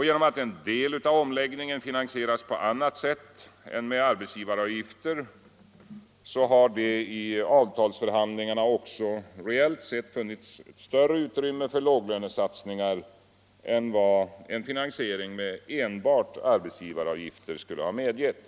Genom att en del av omläggningen finansieras på annat sätt än med arbetsgivaravgifter har det i avtalsförhandlingarna också reellt sett funnits större utrymme för låglönesatsningar än vad en finansiering med enbart arbetsgivaravgifter skulle ha medgett.